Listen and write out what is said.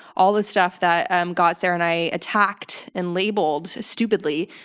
all the stuff that got sarah and i attacked and labeled, stupidly,